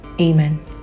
Amen